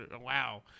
Wow